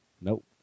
Nope